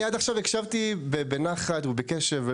אני עד עכשיו הקשבתי בנחת ובקשב,